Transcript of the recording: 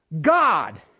God